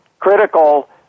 critical